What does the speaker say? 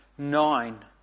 nine